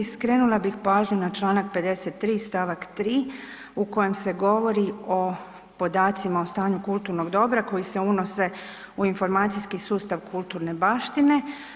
Skrenula bih pažnju na čl. 53. st. 3. u kojem se govori o podacima o stanju kulturnog dobra koji se unose u informacijski sustav kulturne baštine.